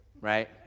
right